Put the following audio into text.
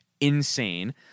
Insane